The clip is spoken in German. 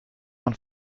man